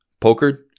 Pokered